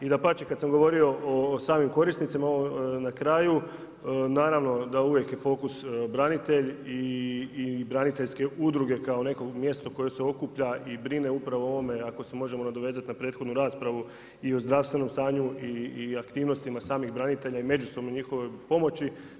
I dapače, kad sam govorio o samim korisnicima, na kraju naravno da uvijek je fokus branitelj i braniteljske udruge kao neko mjesto koje se okuplja i brine upravo o ovome ako se možemo nadovezati na prethodnu raspravu i o zdravstvenom stanju i aktivnostima samih branitelja i međusobnoj njihovoj pomoći.